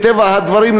מטבע הדברים,